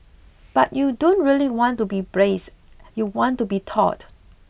but you don't really want to be braced you want to be taut